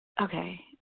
Okay